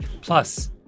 Plus